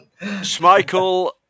Schmeichel